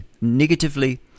negatively